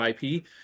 IP